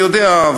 אני יודע,